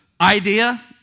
idea